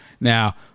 Now